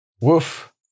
Woof